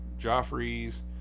Joffrey's